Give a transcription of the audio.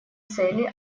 цели